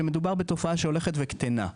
שמדובר בתופעה שהולכת וקטנה.